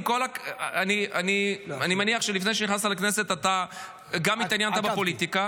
אני מניח שלפני שנכנסת לכנסת אתה גם התעניינת בפוליטיקה.